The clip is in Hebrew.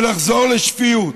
ולחזור לשפיות.